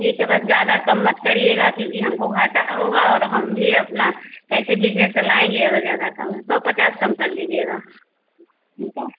ठीक है बस ज़्यादा कम मत करिएगा क्योंकि हम को घाटा होगा और हम भी अपना कैसे बिज़नेस चलाएँगे अगर ज़्यादा कम हो सौ पचास कम कर लीजिएगा ठीक है